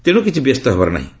ତେଣୁ କିଛି ବ୍ୟସ୍ତ ହେବାର ନାହିଁ